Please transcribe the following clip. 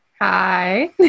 Hi